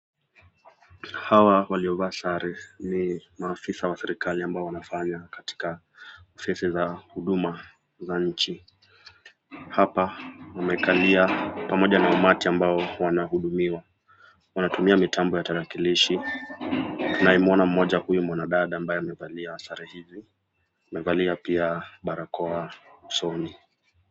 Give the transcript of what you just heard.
Hawa waliovaa sare ni maafisa wa serikali amba wanafanya katika ofisi za huduma za nchi, hapa wamekalia pamoja na umati ambao wanahudumiwa, wanatumia mitambo ya tarakilishi, naye namwona mmoja huyu mwana dada amevalia sare hizi, amevalia pia parakoa usoni.